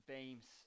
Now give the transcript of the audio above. Beams